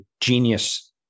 genius